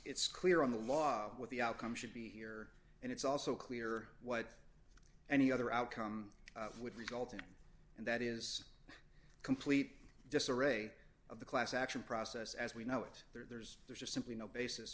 it's clear on the law what the outcome should be here and it's also clear what any other outcome would result in and that is a complete disarray of the class action process as we know it there's just simply no basis